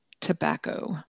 tobacco